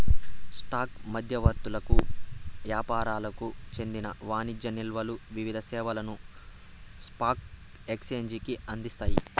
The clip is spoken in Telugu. స్టాక్ మధ్యవర్తులకు యాపారులకు చెందిన వాణిజ్య నిల్వలు వివిధ సేవలను స్పాక్ ఎక్సేంజికి అందిస్తాయి